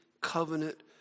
covenant